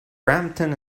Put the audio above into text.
brampton